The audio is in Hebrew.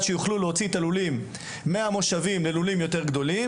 שיוכלו להוציא את הלולים מהמושבים ללולים יותר גדולים,